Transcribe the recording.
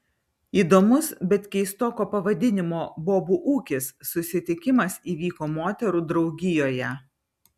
įdomus bet keistoko pavadinimo bobų ūkis susitikimas įvyko moterų draugijoje